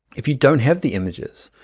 if you don't have the images,